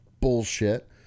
bullshit